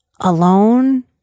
alone